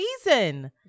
season